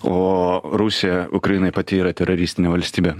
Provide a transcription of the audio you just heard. o rusija ukrainoj pati yra teroristinė valstybė